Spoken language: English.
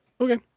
Okay